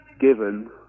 given